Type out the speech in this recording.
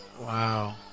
Wow